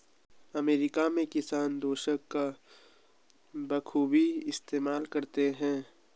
America में किसान दोशाखा का बखूबी इस्तेमाल करते हैं